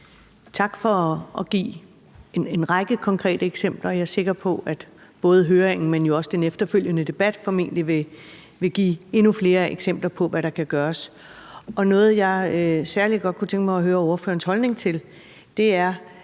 Tak for at give en række konkrete eksempler. Jeg er sikker på, at både høringen, men jo også den efterfølgende debat formentlig vil give endnu flere eksempler på, hvad der kan gøres. Noget, jeg særlig godt kunne tænke mig at høre ordførerens holdning til, er